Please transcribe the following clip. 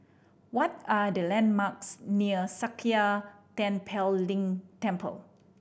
what are the landmarks near Sakya Tenphel Ling Temple